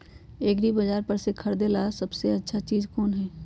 एग्रिबाजार पर से खरीदे ला सबसे अच्छा चीज कोन हई?